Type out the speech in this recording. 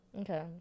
Okay